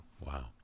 Wow